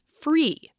free